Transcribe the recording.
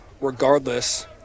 regardless